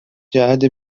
جهت